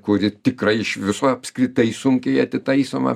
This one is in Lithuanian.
kuri tikrai iš viso apskritai sunkiai atitaisoma